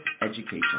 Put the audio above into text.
education